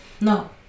No